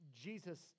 Jesus